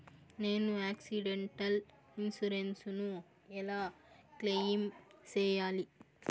నేను accidental insurance ను ఎలా క్లెయిమ్ సేయాలి?